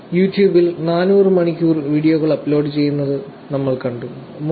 യൂട്യൂബിൽ 400 മണിക്കൂർ വീഡിയോകൾ അപ്ലോഡുചെയ്യുന്നത് നമ്മൾ കണ്ടു 3